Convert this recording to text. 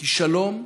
כי שלום,